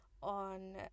on